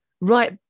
right